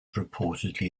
reportedly